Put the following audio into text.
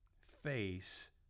face